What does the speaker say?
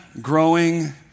growing